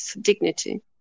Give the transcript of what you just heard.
dignity